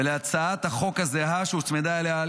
ולהצעת החוק הזהה שהוצמדה אליה,